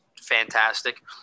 fantastic